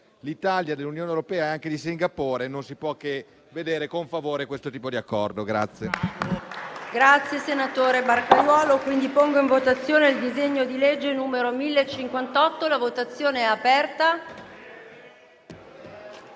dell'Italia, dell'Unione europea e anche di Singapore, non si possa che vedere con favore questo tipo di accordo.